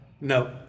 no